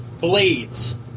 blades